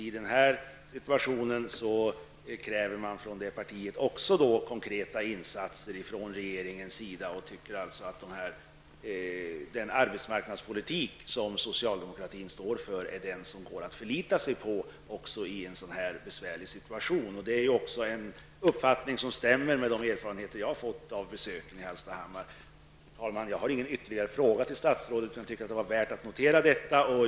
I den här situationen kräver också det partiet konkreta insatser från regeringen, och man anser att den arbetsmarknadspolitik som socialdemokratin står för är den som går att förlita sig på även i en sådan här besvärlig situation. Det är också en uppfattning som stämmer med de erfarenheter jag fått av besöken i Hallstahammar. Herr talman! Jag har ingen ytterligare fråga till statsrådet, men jag tyckte att det var värt att notera detta.